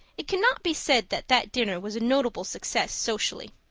it cannot be said that that dinner was a notable success socially.